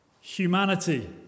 humanity